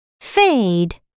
Fade